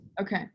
Okay